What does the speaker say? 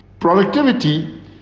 Productivity